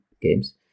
games